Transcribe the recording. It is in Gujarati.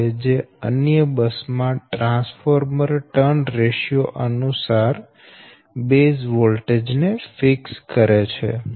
જે અન્ય બસ માં ટ્રાન્સફોર્મર ટર્ન રેશિયો અનુસાર બેઝ વોલ્ટેજ ને ફિક્સ કરે છે